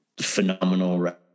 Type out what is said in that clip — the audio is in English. phenomenal